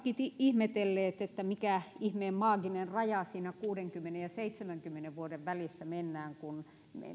ihmetelleet mikä ihmeen maaginen raja siinä kuusikymmentä ja seitsemänkymmenen vuoden välissä